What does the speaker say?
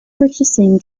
purchasing